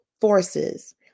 Forces